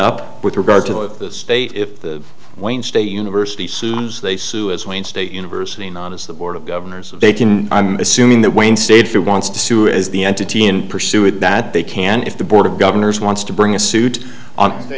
up with regard to the state if the wayne state university as soon as they sue as wayne state university not as the board of governors they can i'm assuming that wayne stage who wants to sue is the entity and pursue it that they can if the board of governors wants to bring a suit on the